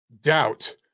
doubt